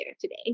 today